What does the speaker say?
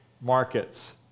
markets